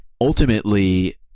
ultimately